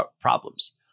problems